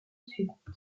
suivante